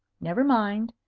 never mind.